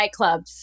nightclubs